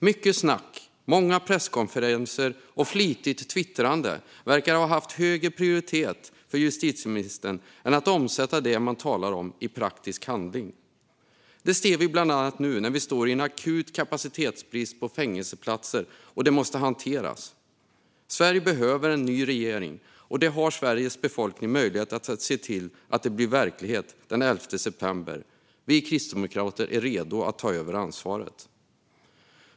Mycket snack, många presskonferenser och flitigt twittrande verkar ha haft högre prioritet för justitieministern än att omsätta det man talar om i praktisk handling. Det ser vi bland annat nu när vi står med en akut kapacitetsbrist när det gäller fängelseplatser, och det måste hanteras. Sverige behöver en ny regering. Sveriges befolkning har möjlighet att se till att det blir verklighet den 11 september. Vi kristdemokrater är redo att ta över ansvaret.